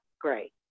great